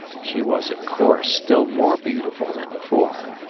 she was of course still more beautiful than before.